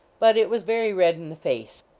but it was very red in the face.